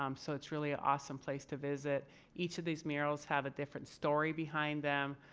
um so it's really an awesome place to visit each of these murals have a different story behind them.